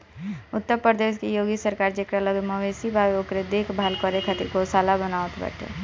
उत्तर प्रदेश के योगी सरकार जेकरा लगे मवेशी बावे ओके देख भाल करे खातिर गौशाला बनवावत बाटे